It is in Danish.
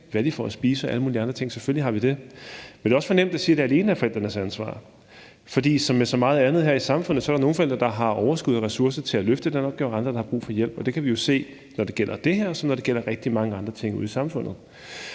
hvad de får at spise og alle mulige andre ting. Selvfølgelig har vi det. Men det er også for nemt at sige, at det alene er forældrenes ansvar, for som med så meget andet her i samfundet er der nogle forældre, der har overskud og ressourcer til at løfte den opgave, og andre, der har brug for hjælp. Det kan vi jo se, når det gælder det her, og når det gælder rigtig mange andre ting ude i samfundet.